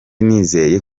nizeye